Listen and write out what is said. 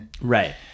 Right